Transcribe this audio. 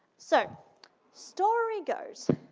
so story goes,